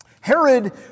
Herod